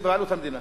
המדינה,